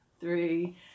three